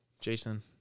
Jason